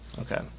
Okay